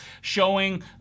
showing